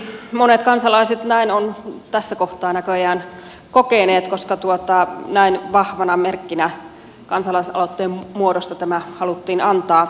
monet kansalaiset näin ovat tässä kohtaa näköjään kokeneet koska näin vahvana merkkinä kansalaisaloitteen muodossa tämä haluttiin antaa